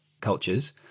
cultures